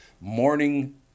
morning